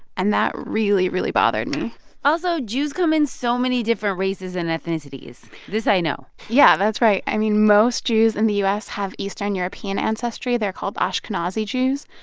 and that really, really bothered me also, jews come in so many different races and ethnicities this i know yeah, that's right. i mean, most jews in the u s. have eastern european ancestry. they're called ashkenazi jews.